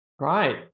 Right